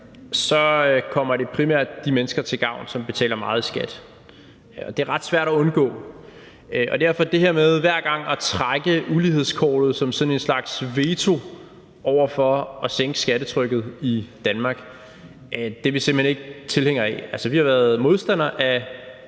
kommer det primært de mennesker til gavn, som betaler meget i skat – det er ret svært at undgå. Så det her med hver gang at trække ulighedskortet som sådan en slags veto over for at sænke skattetrykket i Danmark er vi simpelt hen ikke tilhængere af. Altså, vi har været modstandere af